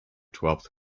twelfth